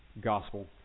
gospel